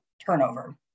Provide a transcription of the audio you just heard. turnover